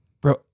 Bro